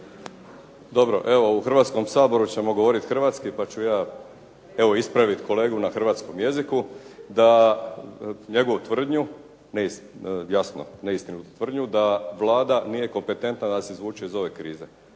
Dobro, evo u Hrvatskom saboru ćemo govorit hrvatski pa ću ja evo ispravit kolegu na hrvatskom jeziku, njegovu tvrdnju, jasno neistinitu tvrdnju da Vlada nije kompetentna da nas izvuče iz ove krize.